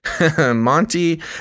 Monty